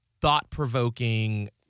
thought-provoking